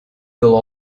they’ll